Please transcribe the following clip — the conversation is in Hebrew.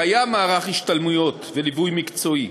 קיים מערך השתלמויות וליווי מקצועי,